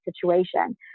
situation